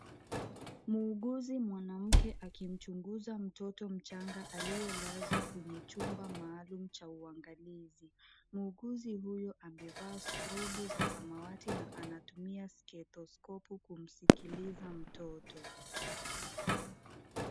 Muuguzi mwanamke akimchunguza mtoto mchanga aliye lazwa kwenye chumba maalumu cha uangalizi. Muuguzi huyu amevaa skrubu za samawati na anatumia stethoskopu kumsikiliza mtoto.